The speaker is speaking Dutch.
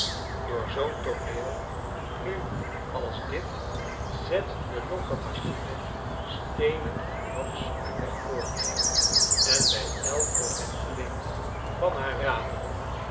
door zoo'n tooneel nu als dit zet de logge machine stenend en norsch haar weg voort en bij elke wenteling van haar raderen